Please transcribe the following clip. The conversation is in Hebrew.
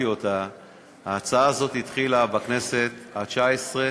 ההצעה הזאת התחילה בכנסת התשע-עשרה